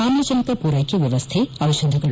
ಆಮ್ಲಜನಕ ಪೂರೈಕೆ ವ್ವವಸ್ಥೆ ದಿಷಧಗಳು